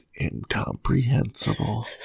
incomprehensible